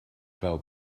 fel